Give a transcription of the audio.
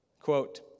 Quote